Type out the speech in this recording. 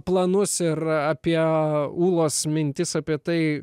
planus ir apie ūlos mintis apie tai